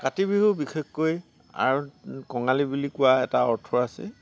কাতি বিহু বিশেষকৈ আৰু কঙালী বুলি কোৱাৰ এটা অৰ্থ আছে